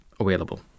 Available